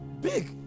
Big